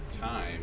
time